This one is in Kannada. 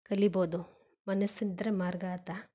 ಕಲಿಬೋದು ಮನಸ್ಸಿದ್ದರೆ ಮಾರ್ಗಾಂತ